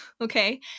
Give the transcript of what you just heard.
okay